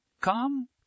Come